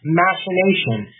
machination